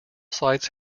sites